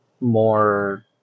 more